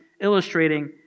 illustrating